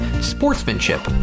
sportsmanship